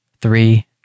Three